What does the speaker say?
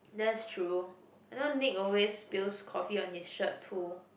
that is true I know Nick always spills coffee on his shirt too